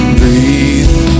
breathe